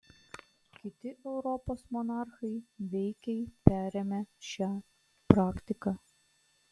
kiti europos monarchai veikiai perėmė šią praktiką